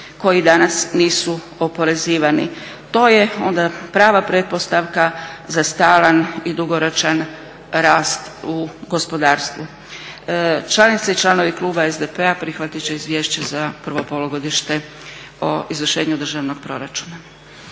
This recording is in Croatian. koji danas nisu oporezivani. To je onda prava pretpostavka za stalan i dugoročan rast u gospodarstvu. Članice i članovi kluba SDP-a prihvatiti će Izvješće za prvo polugodište o Izvršenju državnog proračuna.